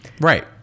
Right